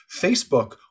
Facebook